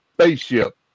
spaceship